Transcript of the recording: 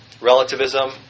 relativism